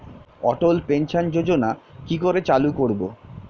অটল pension যোজনার কি করে চালু করব?